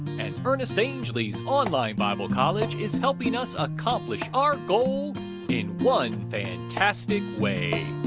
and ernest angley's online bible college is helping us accomplish our goal in one fantastic way!